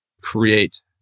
create